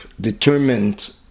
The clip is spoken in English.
determined